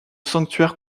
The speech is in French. sanctuaire